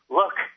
look